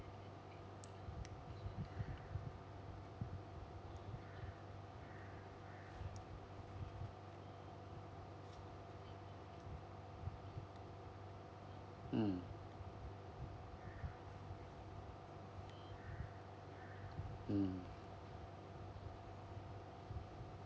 mm mm